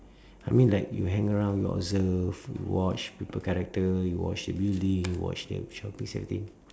I mean like you hang around you observe you watch people character you watch the building you watch the shopping setting